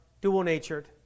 dual-natured